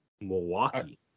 Milwaukee